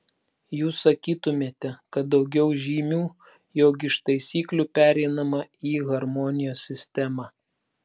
jūs sakytumėte kad daugiau žymių jog iš taisyklių pereinama į harmonijos sistemą